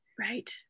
Right